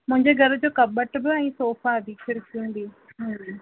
मुंहिंजे घर जो कबट बि ऐं सौफ़ा बि हूंदी